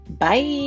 Bye